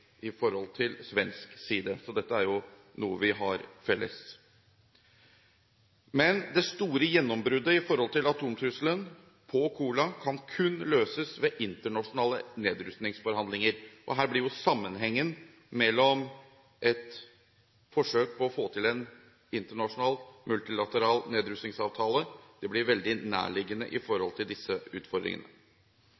i forhold til svensk side. Dette er noe vi har felles. Det store gjennombruddet sett i forhold til atomtrusselen på Kola kan kun løses ved internasjonale nedrustningsforhandlinger. Her blir i den sammenheng et forsøk på å få til en internasjonal multilateral nedrustningsavtale veldig nærliggende. Så må det